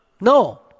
No